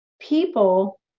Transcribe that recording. people